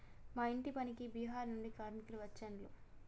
మా ఇంటి పనికి బీహార్ నుండి కార్మికులు వచ్చిన్లు